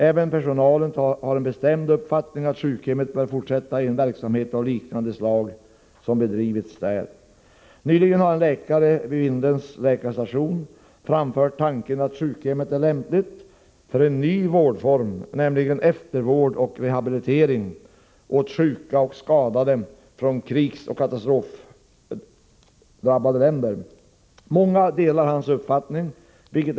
Även personalen har en bestämd uppfattning att sjukhemmet bör fortsätta med en verksamhet av liknande slag som bedrivits där. Nyligen har en läkare vid Vindelns läkarstation framfört tanken att sjukhemmet är lämpligt för en ny vårdform, nämligen eftervård och rehabilitering av sjuka och skadade från krigsoch katastrofdrabbade länder. Många delar hans uppfattning.